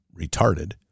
retarded